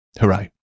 hooray